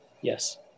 Yes